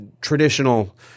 traditional